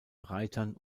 reitern